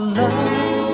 love